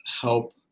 help